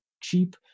cheap